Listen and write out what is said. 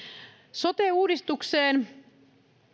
sote uudistukseen